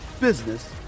business